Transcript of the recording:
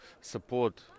support